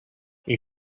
you